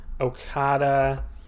Okada